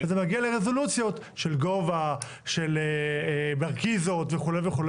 וזה מגיע לרזולוציות של גובה, של מרקיזות וכו'.